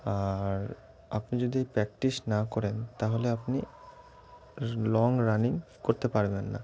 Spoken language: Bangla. আর আপনি যদি প্র্যাকটিস না করেন তাহলে আপনি লং রানিং করতে পারবেন না